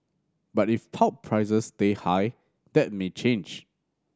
but if pulp prices stay high that may change